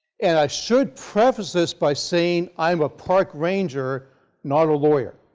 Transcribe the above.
and i should preface this by saying i am a park ranger not a lawyer.